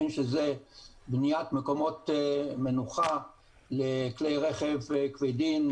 בין שזה בניית מקומות מנוחה לכלי רכב כבדים,